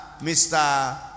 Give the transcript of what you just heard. Mr